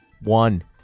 One